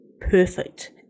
perfect